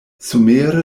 somere